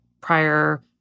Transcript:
prior